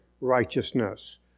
righteousness